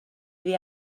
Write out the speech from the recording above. iddi